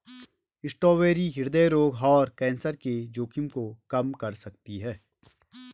strawberry हृदय रोग और कैंसर के जोखिम को कम कर सकती है